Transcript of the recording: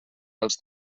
als